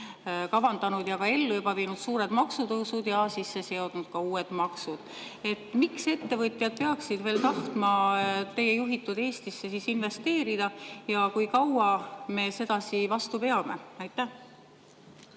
kavandanud ja ellu viinud suured maksutõusud ja sisse seadnud ka uued maksud. Miks ettevõtjad peaksid veel tahtma teie juhitud Eestisse investeerida ja kui kaua me sedasi vastu peame? Aitäh!